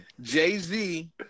Jay-Z